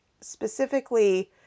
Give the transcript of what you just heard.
specifically